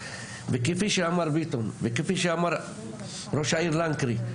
וכפי שאמר ביטון וכפי שאמר ראש העיר לנקרי,